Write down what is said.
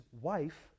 wife